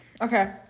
okay